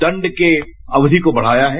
दंड की अवधि को बढाया है